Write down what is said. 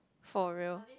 for real